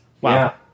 Wow